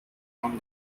from